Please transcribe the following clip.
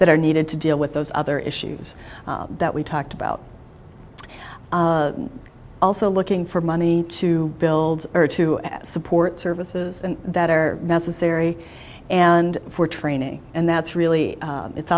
that are needed to deal with those other issues that we talked about also looking for money to build or to support services that are necessary and for training and that's really